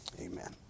Amen